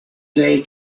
day